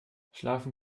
schlafen